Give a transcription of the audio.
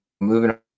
moving